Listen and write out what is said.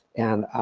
and